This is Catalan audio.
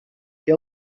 que